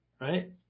right